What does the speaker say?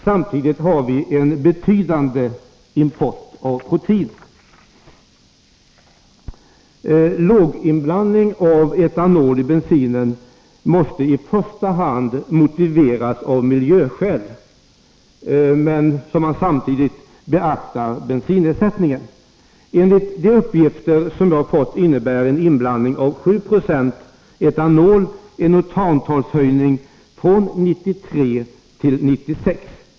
Samtidigt har vi en betydande import av protein. Låginblandning av etanol i bensinen måste i första hand motiveras av miljöskäl med samtidigt beaktande av bensinersättningen. Enligt uppgifter som jag har fått innebär en inblandning av 7 96 etanol en oktantalshöjning från 93 till 96.